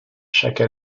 chaque